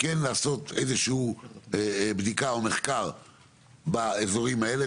כן לעשות איזשהו בדיקה או מחקר באזורים האלה.